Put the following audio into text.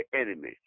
enemy